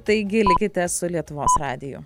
taigi likite su lietuvos radiju